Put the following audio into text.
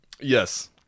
Yes